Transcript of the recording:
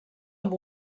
amb